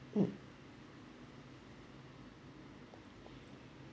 mm